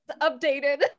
updated